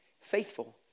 faithful